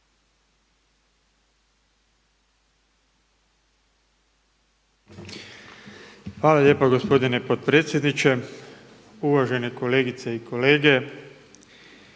Hvala lijepa potpredsjedniče Sabora, uvažene kolegice i kolege.